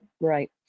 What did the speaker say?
right